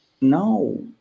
No